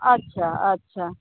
अच्छा अच्छा